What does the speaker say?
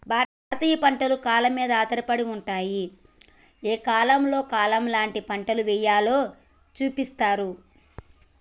భారతీయ పంటలు కాలం మీద ఆధారపడి ఉంటాయి, ఏ కాలంలో కాలం ఎలాంటి పంట ఎయ్యాలో సూపిస్తాయి